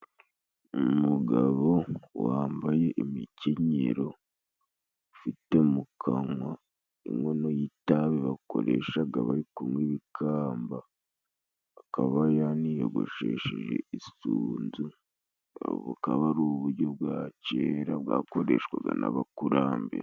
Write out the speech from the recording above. Umugabo wambaye imikenyero ufite mu kanwa inkono y'itabi bakoreshaga bari kunywa ibikamba, akaba yaniyogoshesheje isunzu, bukaba ari uburyo bwa kera bwakoreshwaga n'abakurambere.